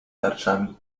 tarczami